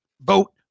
vote